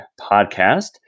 podcast